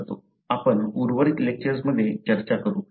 आपण उर्वरित लेक्चर्समध्ये चर्चा करू